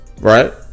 Right